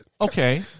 Okay